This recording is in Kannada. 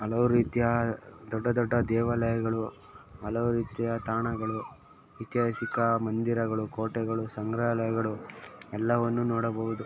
ಹಲವು ರೀತಿಯ ದೊಡ್ಡ ದೊಡ್ಡ ದೇವಾಲಯಗಳು ಹಲವು ರೀತಿಯ ತಾಣಗಳು ಐತಿಹಾಸಿಕ ಮಂದಿರಗಳು ಕೋಟೆಗಳು ಸಂಗ್ರಾಲಯಗಳು ಎಲ್ಲವನ್ನು ನೋಡಬೌದು